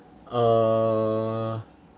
err